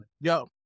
Yo